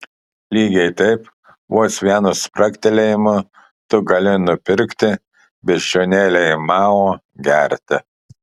lygiai taip vos vienu spragtelėjimu tu gali nupirkti beždžionėlei mao gerti